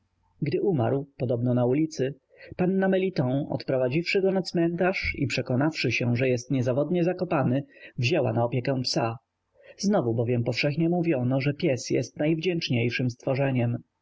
gdy umarł podobno na ulicy pani meliton odprowadziwszy go na cmentarz i przekonawszy się że jest niezawodnie zakopany wzięła na opiekę psa znowu bowiem powszechnie mówiono że pies jest najwdzięczniejszem stworzeniem